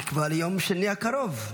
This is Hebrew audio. הוא נקבע ליום שני הקרוב.